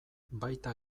baita